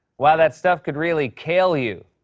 wow, that stuff could really kale you.